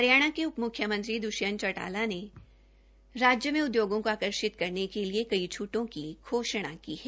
हरियाणा के उप म्ख्यमंत्री द्वष्यंत चौटाला ने राज्य में उद्योंगो की आकर्षित करने के लिए कई छूटों की घोषणा की है